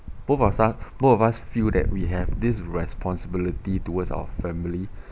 both of us both of us feel that we have this responsibility towards our family